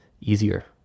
easier